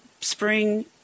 spring